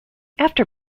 after